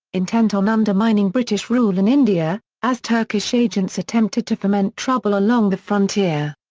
intent on undermining british rule in india, as turkish agents attempted to foment trouble along the frontier.